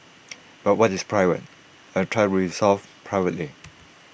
but what is private I will try to resolve privately